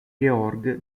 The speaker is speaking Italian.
georg